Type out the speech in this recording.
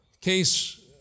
case